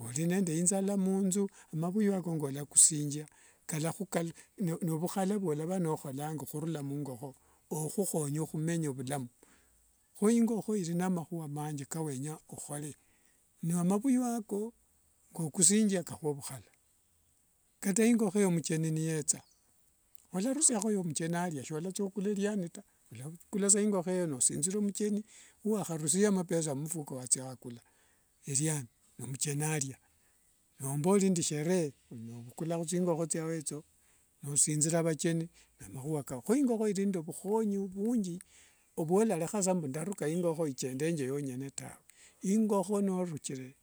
ori nende injala munthu amavuyu ako ngolakusianga novhuhala mwalavanokholanga hurura mungokho ohuhonya humenya ovulamu. Hueingikho ilinende mahua manji kawenya okhole. Namavuyu ako kukusingia kakhua phukhala. Kata ingokho heyo mcheni nietsa walarusiaho ya mcheni alia siwalathia hukula liani ta walavukula ingokho heyo nosithira mcheni uwaharusirie mapesa umfuko wathia wakula eliani n mcheni alia. Nompoli nende ishere ovukula huthingokho thiawetho nosithira vacheni namahua kawa. Huengokho ilininende vuhonyi vungi ovhwowahalekhasa mbu ndaruka ingokho ichendenge yonyene tawe. Ingokho norukire.